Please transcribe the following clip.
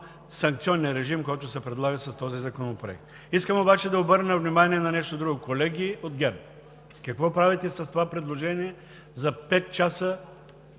санкционния режим, който се предлага с този законопроект. Искам обаче да обърна внимание на нещо друго. Колеги от ГЕРБ, какво правите с предложението за